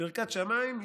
ברכת שמיים,